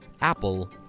Apple